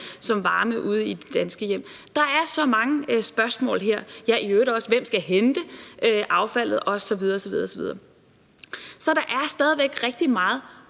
som varme ude i de danske hjem? Der er så mange spørgsmål her. Der er i øvrigt også spørgsmålet om, hvem der skal hente affaldet osv. osv. Så der er stadig væk rigtig meget